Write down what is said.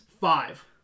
Five